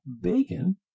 bacon